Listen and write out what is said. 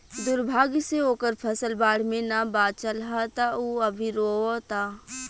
दुर्भाग्य से ओकर फसल बाढ़ में ना बाचल ह त उ अभी रोओता